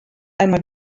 einmal